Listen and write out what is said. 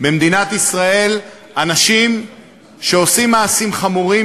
במדינת ישראל אנשים שעושים מעשים חמורים,